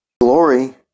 glory